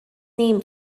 name